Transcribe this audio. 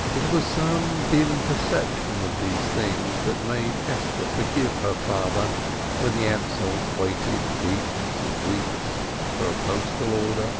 it was some dim perception of these things that made esther forgive her father when the ansells waited weeks and weeks for a postal order